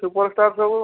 superstar ସବୁ